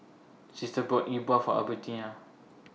Sister bought E Bua For Albertina